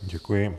Děkuji.